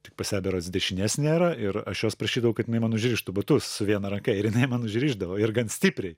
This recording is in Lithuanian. tik pas ją berods dešinės nėra ir aš jos prašydavau kad jinai man užrištų batus su viena ranka ir jinai man užrišdavo ir gan stipriai